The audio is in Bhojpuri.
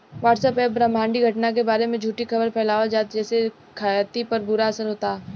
व्हाट्सएप पर ब्रह्माण्डीय घटना के बारे में झूठी खबर फैलावल जाता जेसे खेती पर बुरा असर होता